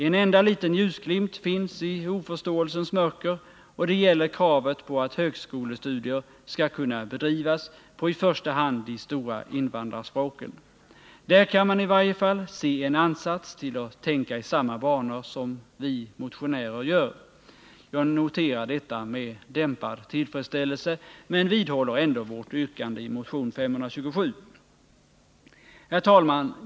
En enda liten ljusglimt finns i oförståelsens mörker, och den gäller kravet på att högskolestudier skall kunna bedrivas på i första hand de stora invandrarspråken. Där kan man i varje fall se en ansats till att tänka i samma banor som vi motionärer gör. Jag noterar detta med dämpad tillfredsställelse, men vidhåller ändå vårt yrkande i motion 527. Herr talman!